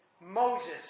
Moses